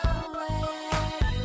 away